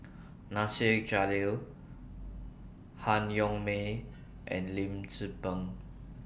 Nasir Jalil Han Yong May and Lim Tze Peng